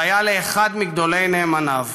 והיה לאחד מגדולי נאמניו.